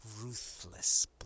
ruthless